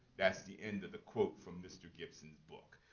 that's the end of the quote from mr. gibson's book.